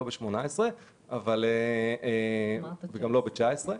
לא ב-2018 ולא ב-2019,